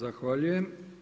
Zahvaljujem.